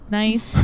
nice